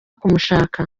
kumushaka